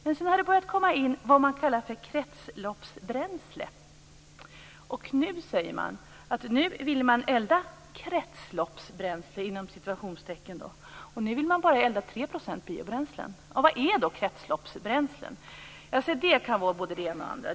Men nu börjar det att komma in något som man kallar för kretsloppsbränslen. Nu vill man elda "kretsloppsbränslen" och bara 3 % biobränslen. Vad är då kretsloppsbränslen? Jo, de kan bestå av både det ena och det andra.